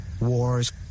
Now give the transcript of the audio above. wars